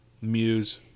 Muse